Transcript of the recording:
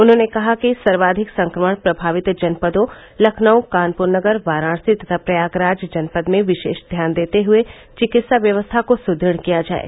उन्होंने कहा कि सर्वाधिक संक्रमण प्रभावित जनपदों लखनऊ कानपुर नगर वाराणसी तथा प्रयागराज जनपद में विशेष ध्यान देते हुए चिकित्सा व्यवस्था को सुदृढ़ किया जाये